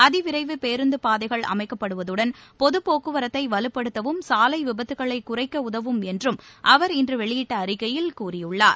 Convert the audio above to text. அதிவிரைவு பேருந்து பாதைகள் அமைக்கப்படுவதுடன் பொது போக்குவரத்தை வலுப்படுத்துவதும் சாலை விபத்துகளை குறைக்க உதவும் என்றும் அவர் இன்று வெளியிட்ட அறிக்கையில் கூறியுள்ளார்